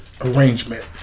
arrangement